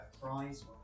cries